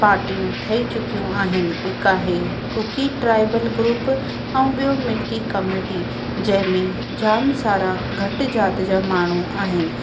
पार्टियूं ठही चुकियूं आहिनि हिकु आहे कूकी ट्राइबल ग्रुप ऐं ॿियो मिकी कमिटी जंहिं में जाम सारा घटि जात जा माण्हू आहिनि